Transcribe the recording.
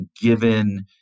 given